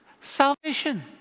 Salvation